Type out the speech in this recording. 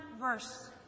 verse